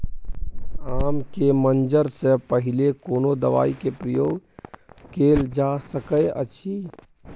आम के मंजर से पहिले कोनो दवाई के प्रयोग कैल जा सकय अछि?